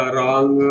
Wrong